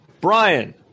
Brian